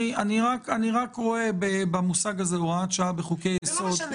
אני רואה במושג "הוראת שעה" בחוקי יסוד --- לא משנה,